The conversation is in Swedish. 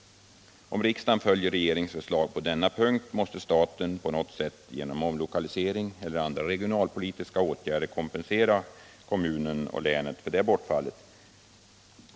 Om riksdagen följer regeringens förslag på denna punkt måste staten på något sätt genom omlokalisering eller andra regionalpolitiska åtgärder kompensera kommunen och länct för det bortfallet.